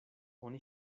oni